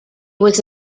was